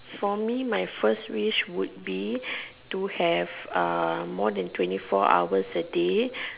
for me my first wish would be to be to have more than twenty four hours a day